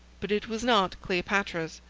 but it was not cleopatra's.